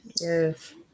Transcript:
Yes